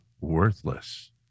worthless